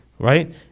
right